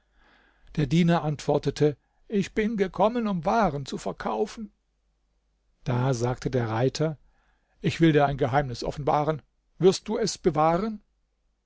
der diener antwortete ich bin gekommen um waren zu verkaufen da sagte der reiter ich will dir ein geheimnis offenbaren wirst du es bewahren